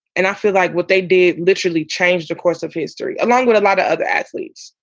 and i feel like what they do literally change the course of history along with a lot of athletes.